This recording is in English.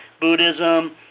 Buddhism